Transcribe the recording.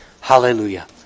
Hallelujah